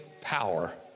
power